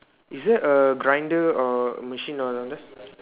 is there a grinder or machine down there